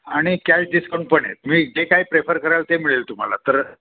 आणि cash discount पण आहे मी जे काय प्रेफर कराल ते मिळेल तुम्हाला तर